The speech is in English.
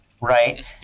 right